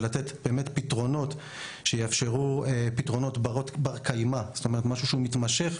כדי לתת פתרונות שיאפשרו פתרונות ברי קיימא מתמשכים